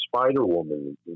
Spider-Woman